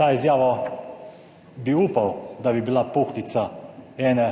To izjavo bi upal, da bi bila puhlica ene,